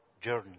journey